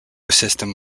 system